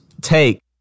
take